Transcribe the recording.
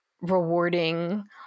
rewarding